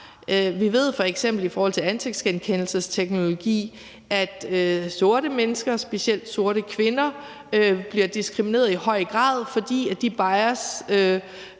Vi ved f.eks. i forhold til ansigtsgenkendelsesteknologi, at sorte mennesker, specielt sorte kvinder, bliver diskrimineret i høj grad, fordi de bias